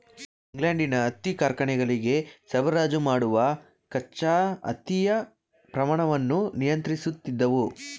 ಇಂಗ್ಲೆಂಡಿನ ಹತ್ತಿ ಕಾರ್ಖಾನೆಗಳಿಗೆ ಸರಬರಾಜು ಮಾಡುವ ಕಚ್ಚಾ ಹತ್ತಿಯ ಪ್ರಮಾಣವನ್ನು ನಿಯಂತ್ರಿಸುತ್ತಿದ್ದವು